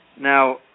Now